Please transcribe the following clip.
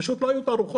פשוט לא היו תערוכות,